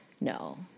No